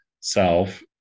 self